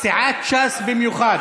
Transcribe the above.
סיעת ש"ס במיוחד.